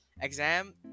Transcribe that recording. exam